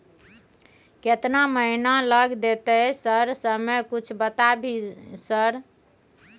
केतना महीना लग देतै सर समय कुछ बता भी सर?